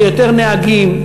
זה יותר נהגים,